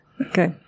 Okay